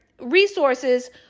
resources